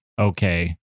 okay